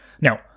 Now